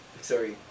Sorry